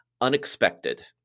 unexpected